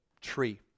tree